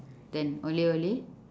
than olay olay